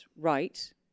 right